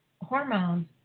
hormones